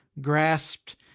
grasped